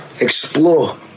Explore